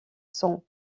sont